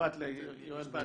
משפט ליואל ויוסי.